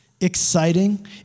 exciting